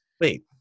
Wait